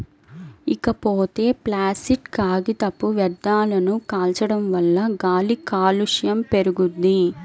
ఇకపోతే ప్లాసిట్ కాగితపు వ్యర్థాలను కాల్చడం వల్ల గాలి కాలుష్యం పెరుగుద్ది